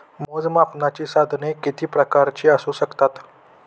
मोजमापनाची साधने किती प्रकारची असू शकतात?